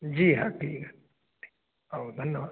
जी हाँ ठीक है वह धन्यवाद